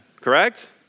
correct